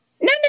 No